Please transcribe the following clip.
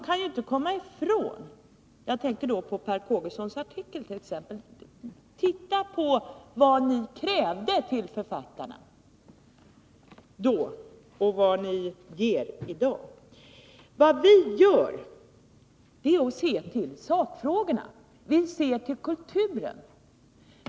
Jag tänker också på Per Kågesons artikel —titta på vad ni krävde till författarna då och vad ni vill ge i dag! Vad vi gör är att se till sakfrågorna. Vi ser till kulturen.